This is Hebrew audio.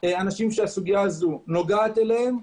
אנשים שהסוגיה הזו נוגעת אליהם,